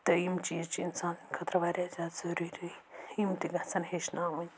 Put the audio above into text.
تہٕ یِم چیٖز چھِ اِنسان خٲطرٕ واریاہ زیادٕ ضٔروٗری یِم تہِ گژھان ہیٚچھناوٕنۍ